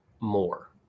more